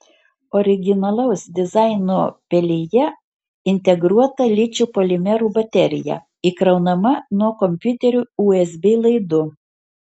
originalaus dizaino pelėje integruota ličio polimerų baterija įkraunama nuo kompiuterio usb laidu